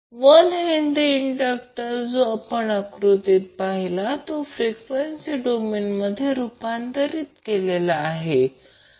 1H inductor जो आपण आकृतीत पाहिला तो फ्रीक्वेसी डोमेनमध्ये रूपांतरित केला आहे